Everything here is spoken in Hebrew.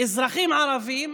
אזרחים ערבים,